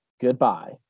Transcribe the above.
goodbye